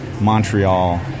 Montreal